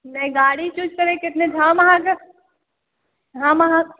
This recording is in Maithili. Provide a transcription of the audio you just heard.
नहि गाड़ी चूज करयके हम अहाँके हम अहाँ